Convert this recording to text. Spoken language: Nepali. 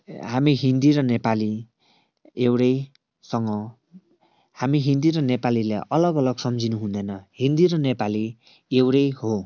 हामी हिन्दी र नेपाली एउटैसँग हामी हिन्दी र नेपालीलाई अलग अलग सम्झिनु हुँदैन हिन्दी र नेपाली एउटै हो